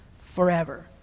forever